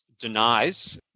denies